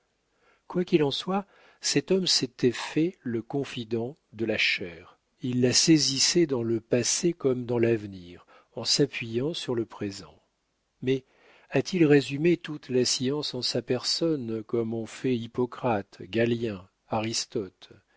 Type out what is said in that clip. quoi qu'il en soit cet homme s'était fait le confident de la chair il la saisissait dans le passé comme dans l'avenir en s'appuyant sur le présent mais a-t-il résumé toute la science en sa personne comme ont fait hippocrate galien aristote